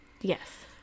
yes